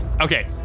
Okay